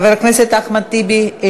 חבר הכנסת אחמד טיבי,